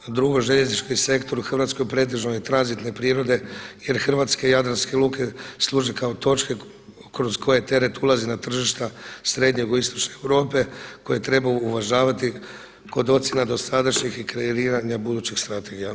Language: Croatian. A drugo, željeznički sektor u Hrvatskoj pretežno je tranzitne prirode, jer hrvatske jadranske luke služe kao točke kroz koje teret ulazi na tržišta srednjeg u istočne Europe koje treba uvažavati kod ocjena dosadašnjih i kreiranja budućih strategija.